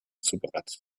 zubereitet